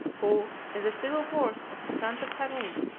who, in the civil wars of the sons of harun,